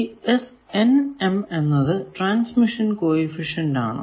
ഈ എന്നത് transmission coefficient ആണോ